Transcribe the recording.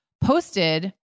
posted